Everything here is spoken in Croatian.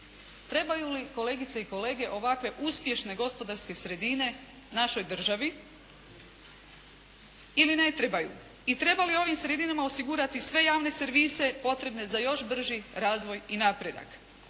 Trebaju li kolegice i kolege ovakve uspješne gospodarske sredine našoj državi ili ne trebaju i treba li ovim sredinama osigurati sve javne servise potrebne za još brži razvoj i napredak.